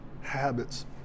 habits